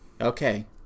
Okay